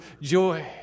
joy